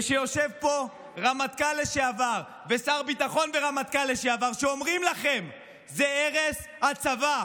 כשיושבים פה רמטכ"ל לשעבר ושר ביטחון לשעבר שאומרים לכם שזה הרס הצבא,